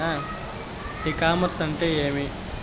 ఇ commerce అంటే ఏమి?